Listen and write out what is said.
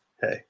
Hey